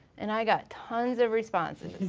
and i got tons of responses.